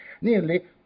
Nearly